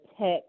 tech